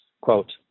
quote